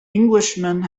englishman